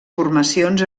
formacions